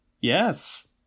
Yes